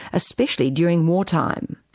especially during wartime.